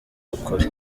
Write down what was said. ukuri